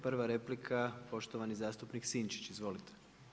Prva replika poštovani zastupnik Sinčić, izvolite.